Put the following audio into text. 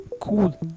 cool